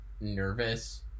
nervous